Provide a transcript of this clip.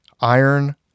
Iron